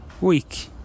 week